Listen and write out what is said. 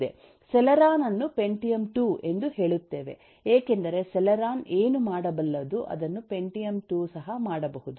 Celeron ಅನ್ನು Pentium II ಎಂದು ಹೇಳುತ್ತೇವೆ ಏಕೆಂದರೆ ಸೆಲೆರಾನ್ ಏನು ಮಾಡಬಲ್ಲದು ಅದನ್ನು ಪೆಂಟಿಯಮ್ II ಸಹ ಮಾಡಬಹುದು